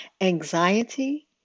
Anxiety